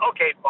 Okay